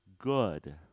good